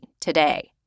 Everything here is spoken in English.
today